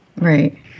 Right